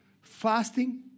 fasting